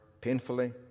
painfully